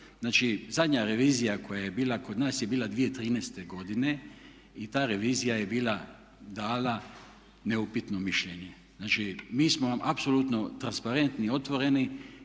znači zadnja revizija koja je bila kod nas je bila 2013. godine i taj revizija je bila dala neupitno mišljenje. Znači, mi smo vam apsolutno transparentni, otvoreni,